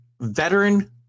veteran